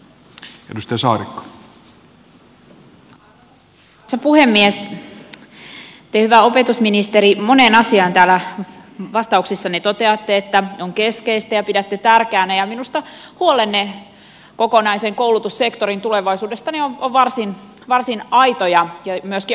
te hyvä opetusministeri moneen asiaan täällä vastauksissanne toteatte että on keskeistä ja pidätte tärkeänä ja minusta huolenne kokonaisen koulutussektorin tulevaisuudesta on varsin aito ja myöskin aiheellinen